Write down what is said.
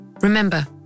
Remember